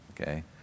Okay